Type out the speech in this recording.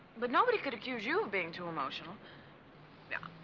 but nobody could accuse you of being too emotional yeah